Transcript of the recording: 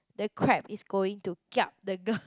the crab is going to kiap the girl